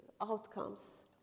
outcomes